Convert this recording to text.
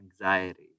anxiety